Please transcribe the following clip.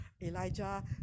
Elijah